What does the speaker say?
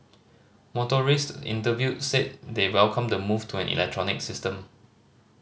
motorists interviewed said they welcome the move to an electronic system